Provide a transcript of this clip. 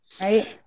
Right